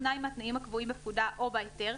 תנאי מהתנאים הקבועים בפקודה או בהיתר,